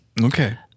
Okay